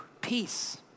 Peace